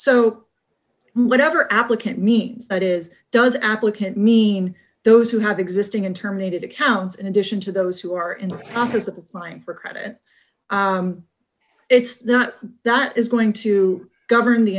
so whatever applicant meets that is does applicant mean those who have existing and terminated accounts in addition to those who are in the process of applying for credit it's not that is going to govern the